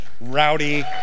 rowdy